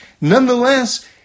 nonetheless